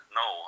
no